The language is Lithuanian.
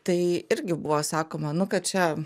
tai irgi buvo sakoma nu kad čia